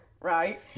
right